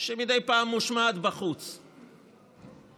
שמדי פעם מושמעת בחוץ ואגב,